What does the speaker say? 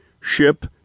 ship